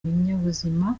ibinyabuzima